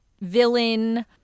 villain